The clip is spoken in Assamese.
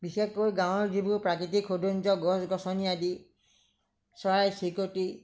বিশেষকৈ গাঁৱৰ যিটো প্ৰাকৃতিক সৌন্দৰ্য গছ গছনি আদি চৰাই চিৰিকটি